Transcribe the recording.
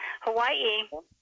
Hawaii